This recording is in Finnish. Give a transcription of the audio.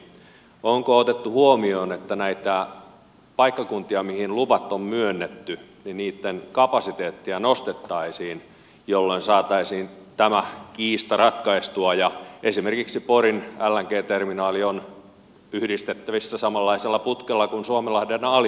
onko otettu huomioon että näiden paikkakuntien mihin luvat on myönnetty kapasiteettia nostettaisiin jolloin saataisiin tämä kiista ratkaistua ja että esimerkiksi porin lng terminaali on yhdistettävissä meidän olemassa olevaan putkistoomme samanlaisella putkella kuin mitä suomenlahden ali vedetään